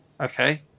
Okay